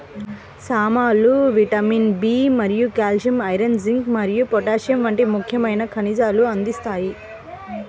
సామలు vitamin B మరియు calcium, iron, zinc మరియు పొటాషియం వంటి ముఖ్యమైన ఖనిజాలను అందిస్తాయి